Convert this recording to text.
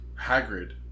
Hagrid